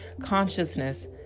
consciousness